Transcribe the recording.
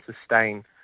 sustain